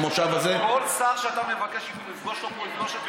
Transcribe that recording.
אל תעלה אותה להצבעה.